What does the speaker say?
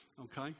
okay